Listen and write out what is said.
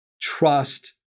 trust